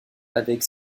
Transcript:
avec